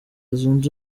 zunze